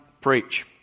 preach